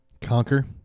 Conquer